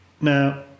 Now